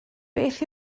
beth